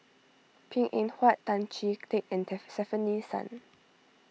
Png Eng Huat Tan Chee Teck and Stefanie Sun